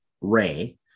Ray